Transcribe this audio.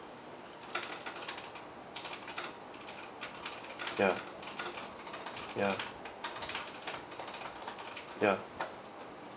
ya ya ya